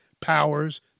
powers